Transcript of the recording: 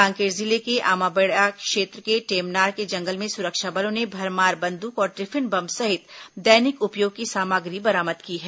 कांकेर जिले के आमाबेड़ा क्षेत्र के टेमनार के जंगल में सुरक्षा बलों ने भरमार बंद्रक और टिफिन बम सहित दैनिक उपयोग की सामग्री बरामद की है